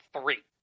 three